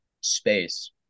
space